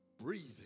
breathing